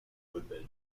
football